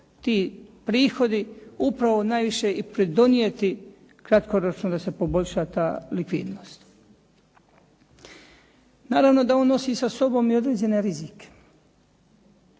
ti prihodi upravo najviše i pridonijeti kratkoročno da se poboljša ta likvidnost. Naravno da on nosi sa sobom i određene rizike.